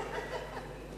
התש"ע 2010,